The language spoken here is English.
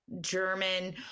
german